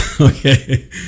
Okay